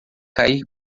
cair